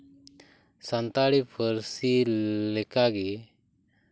ᱥᱟᱱᱛᱟᱲᱤ ᱯᱟᱹᱨᱥᱤ ᱞᱮᱠᱟ ᱜᱮ